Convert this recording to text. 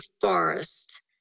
forest